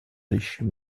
riches